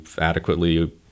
adequately